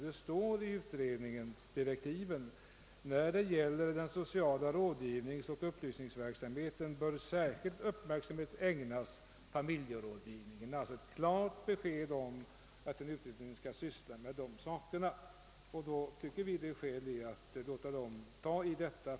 Det sägs i utredningsdirektiven: »När det gäller den sociala rådgivningsoch upplysningsverksamheten bör särskild uppmärksamhet ägnas familjerådgivningen.» Det är alltså ett klart besked om att denna utredning skall ta upp saken, och då tycker vi att det är skäl i att låta utredningen först göra detta.